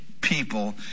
People